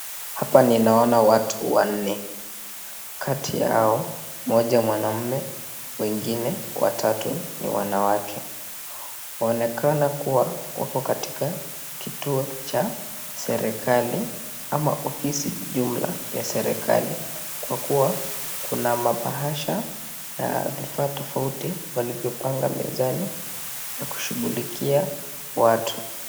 Hapa ninaona watu wanne. Kati yao, mmoja mwanamume, wengine watatu ni wanawake. Waonekana kuwa wako katika kituo cha serikali ama ofisi jumla ya Serikali kwa kuwa kuna mabahasha na vifaa tofauti walivyopanga mezani ya kushughulikia watu.